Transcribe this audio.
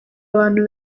abantu